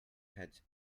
heads